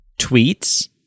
tweets